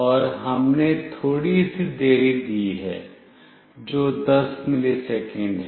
और हमने थोड़ी सी देरी दी है जो 10 मिलीसेकंड है